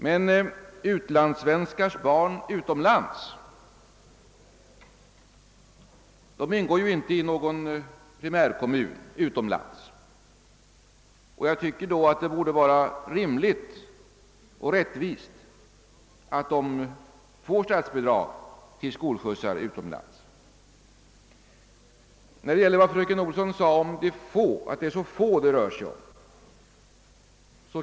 Men utlandssvenskars barn utomlands ingår ju inte i någon primärkommun utomlands. Jag tycker då att det vore rimligt och rättvist att de fick statsbidrag till skolskjutsar utomlands. Fröken Olsson säger att det är så få det rör sig om.